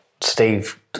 Steve